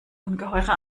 ungeheure